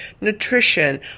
nutrition